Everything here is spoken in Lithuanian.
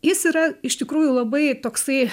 jis yra iš tikrųjų labai toksai